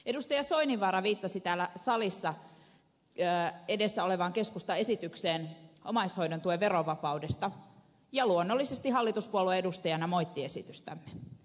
edustaja soininvaara viittasi täällä salissa edessä olevaan keskustan esitykseen omaishoidon tuen verovapaudesta ja luonnollisesti hallituspuolueen edustajana moitti esitystämme